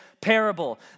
parable